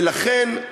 ולכן,